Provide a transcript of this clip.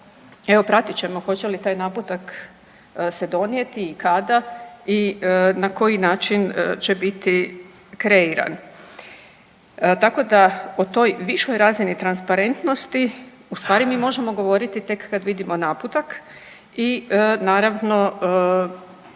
evo pratit ćemo hoće li taj naputak se donijeti i kada i na koji način će biti kreiran. Tako da o toj višoj razini transparentnosti u stvari mi možemo govoriti tek kad vidimo naputak i naravno